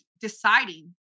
deciding